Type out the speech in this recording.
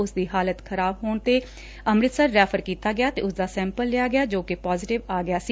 ਉਸ ਦੀ ਹਾਲਤ ਖਰਾਬ ਹੋਣ ਤੇ ਅੰਮ੍ਤਿਤਸਰ ਰੈਫਰ ਕੀਤਾ ਗਿਆ ਤੇ ਉਸਦਾ ਸੈਂਪਲ ਲਿਆ ਗਿਆ ਜੋ ਕਿ ਪਾਜੇਟਿਵ ਆ ਗਿਆ ਸੀ